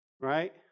Right